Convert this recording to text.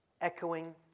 Echoing